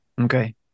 Okay